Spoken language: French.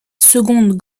seconde